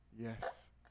Yes